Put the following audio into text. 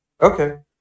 Okay